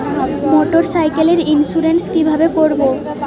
মোটরসাইকেলের ইন্সুরেন্স কিভাবে করব?